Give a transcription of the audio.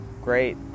Great